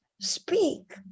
speak